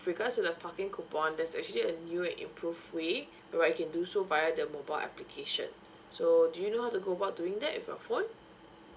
regards to the parking coupon there's actually a new and improved way whereby you can do so via the mobile application so do you know how to go about doing that with your phone